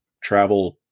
travel